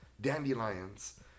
dandelions